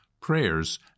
prayers